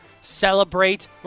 celebrate